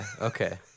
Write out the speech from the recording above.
Okay